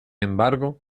embargo